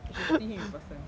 you should see him in person